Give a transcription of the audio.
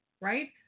right